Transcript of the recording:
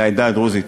לעדה הדרוזית,